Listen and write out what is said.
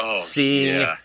seeing